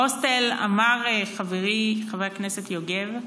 הוסטלים, אמר חברי חבר הכנסת יוגב,